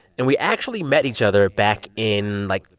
and we actually met each other back in, like,